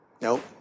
nope